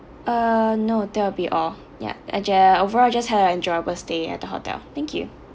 uh no that will be all yeah enjoy overall just had an enjoyable stay at the hotel thank you